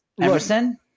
Emerson